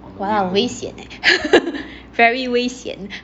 !wah! 很危险 leh very 危险